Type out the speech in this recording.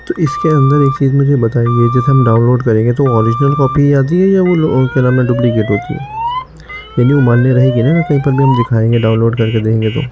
تو اس کے اندر ایک چیز مجھے بتائیے جیسے ہم ڈاؤن لوڈ کریں گے تو اوریجنل کاپی آتی ہے یا وہ کیا نام ہے ڈپلیکیٹ ہوتی ہے نہیں نہیں وہ مانیہ رہے گی نا کہیں پر بھی ہم دکھائیں گے ڈاؤن لوڈ کر کے دیں گے تو